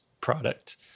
product